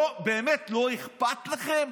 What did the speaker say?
באמת, לא אכפת לכם?